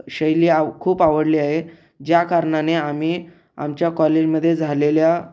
शैली आव खूप आवडली आहे ज्या कारणाने आम्ही आमच्या कॉलेजमध्ये झालेल्या